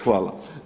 Hvala.